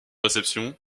réception